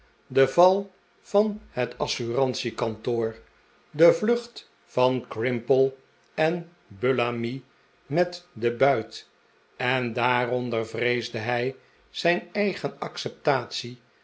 de val van het assurantiekantoor de vlucht van crimple en bullamy met den buit en daaronder vreesde hij zijn eigen acceptatie